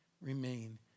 remain